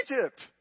Egypt